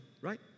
right